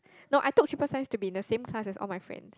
no I took triple science to be in the same class as all my friends